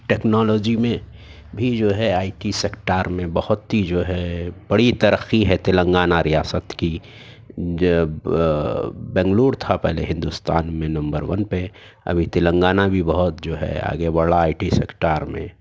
technology میں بھی جو ہے آئی ٹی سیکٹر میں بہت ہی جو ہے بڑی ترقی ہے تلنگانہ ریاست کی بنگلور تھا پہلے ہندوستان میں نمبر ون پہ ابھی تلنگانہ بھی بہت جو ہے آگے بڑھ رہا آئی ٹی سیکٹر میں